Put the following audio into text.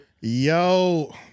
Yo